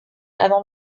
avant